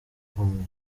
umwe